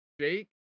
shake